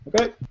Okay